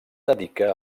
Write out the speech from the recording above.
dedica